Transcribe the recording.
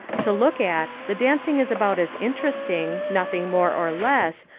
to look at, the dancing is about as interesting, nothing more or less,